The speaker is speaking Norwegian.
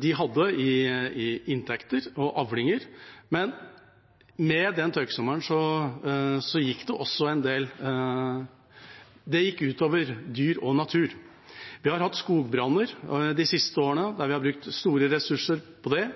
de hadde i inntekter og avlinger. Tørkesommeren gikk også ut over dyr og natur. Vi har hatt skogbranner de siste årene og brukt store ressurser på det.